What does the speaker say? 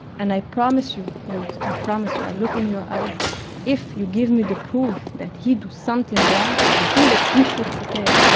and i promise you, ruth, i promise you i look in your eyes if you give me the proof that he do something wrong, i think that he should pay.